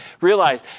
realize